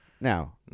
Now